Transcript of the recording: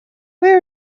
where